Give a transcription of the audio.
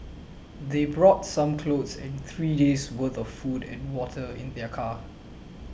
they brought some clothes and three days worth of food and water in their car